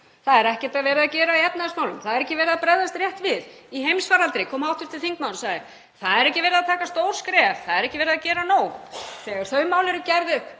Það er ekkert verið að gera í efnahagsmálum og það er ekki verið að bregðast rétt við. Í heimsfaraldri kom hv. þingmaður og sagði: Það er ekki verið að taka stór skref, það er ekki verið að gera nóg. Þegar þau mál eru gerð upp